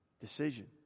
decision